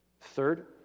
Third